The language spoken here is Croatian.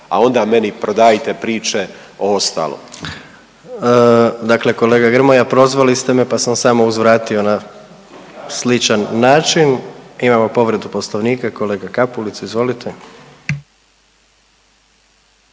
a onda meni prodajite priče o ostalom. **Jandroković, Gordan (HDZ)** Dakle kolega Grmoja prozvali ste me, pa sam samo uzvratio na sličan način. Imamo povredu poslovnika, kolega Kapulica izvolite.